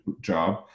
job